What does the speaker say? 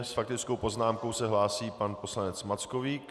S faktickou poznámkou se hlásí pan poslanec Mackovík .